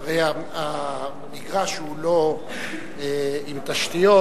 הרי המגרש הוא לא עם תשתיות,